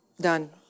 done